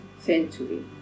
century